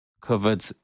covered